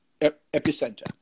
epicenter